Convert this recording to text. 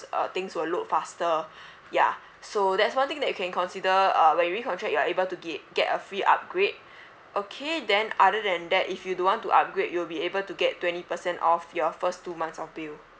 uh things will load faster ya so that's one thing that you can consider uh when you recontract you are able to ge~ get a free upgrade okay then other than that if you don't want to upgrade you'll be able to get twenty percent off your first two months of bill